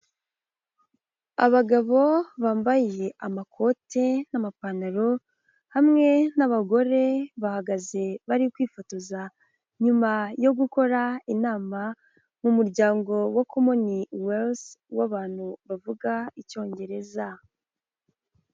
Abagabo bambaye amakoti n'amapantaro, hamwe n'abagore bahagaze bari kwifotoza, nyuma yo gukora inama mu muryango wa common wealth w'abantu bavuga icyongereza.